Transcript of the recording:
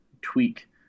tweak